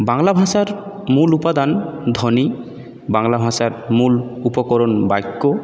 বাংলা ভাষার মূল উপাদান ধ্বনি বাংলা ভাষার মূল উপকরণ বাক্য